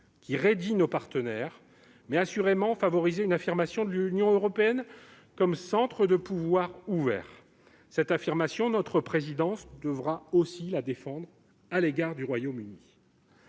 qui raidit nos partenaires, mais assurément favoriser une affirmation de l'Union européenne comme centre de pouvoir ouvert. Cette affirmation, notre présidence devra également la défendre à l'égard du Royaume-Uni.